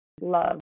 love